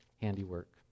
handiwork